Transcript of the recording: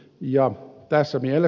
ja tässä vielä